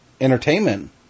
entertainment